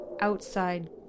outside